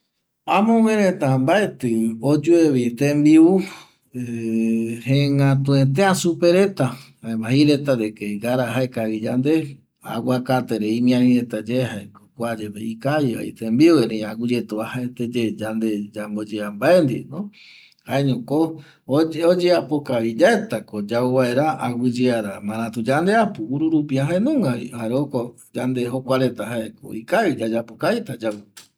Amogë reta mbaetƚ oyuevi tembiu jengätuetea supe reta jei reta de que ngara jaeikavi yande aguakatere imiari reta yae jaeko kua yepe ikavivavi tembiu erei aguƚyetavi oeajaeteye yande yamboyea mbae ndieno jaeñoko oyeapo kavi yaetako yau vaera aguƚyeara märatu yandeapo ururupia jaenungavi jare joko yande jokua reta jae yayapo kavita yau